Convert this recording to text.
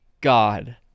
God